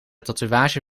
tatoeage